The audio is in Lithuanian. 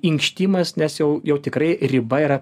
inkštimas nes jau jau tikrai riba yra